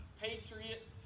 Patriot